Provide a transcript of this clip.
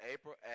April